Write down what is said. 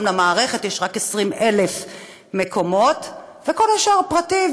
מה גם שלמערכת יש רק 20,000 מקומות וכל השאר פרטי.